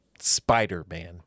Spider-Man